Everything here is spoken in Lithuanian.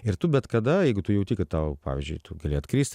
ir tu bet kada jeigu tu jauti kad tau pavyzdžiui tu gali atkrist